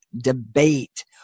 debate